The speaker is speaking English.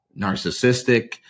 narcissistic